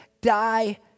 die